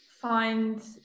find